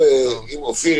אופיר,